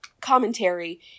commentary